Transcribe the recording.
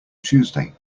tuesday